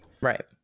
Right